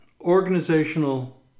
organizational